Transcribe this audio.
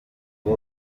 rwa